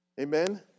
Amen